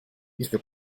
ihre